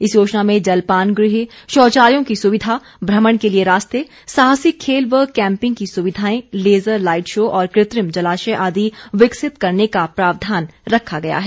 इस योजना में जलपान गृह शौचालयों की सुविधा भ्रमण के लिए रास्ते साहसिक खेल व कैपिंग की सुविधाएं लेजर लाईट शो और कृत्रिम जलाशय आदि विकसित करने का प्रावधान रखा गया है